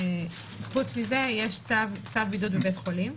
חוץ מזה יש צו בידוד בבית חולים.